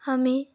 আমি